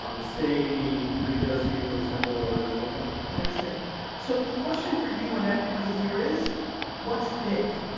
um stay in in new jersey for example, or in a small town. i understand. so the question for you and everybody here is what's big,